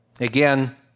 again